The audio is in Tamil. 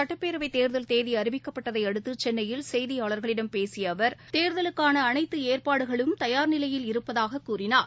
சட்டப்பேரவைத்தேர்தல் தேதி அறிவிக்கப்பட்டதையடுத்து சென்னையில் செய்தியாளர்களிடம் பேசிய அவர் தேர்தலுக்கான அனைத்து ஏற்பாடுகளும் தயார்நிலையில் இருப்பதாக கூறினார்